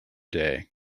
day